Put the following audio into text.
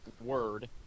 word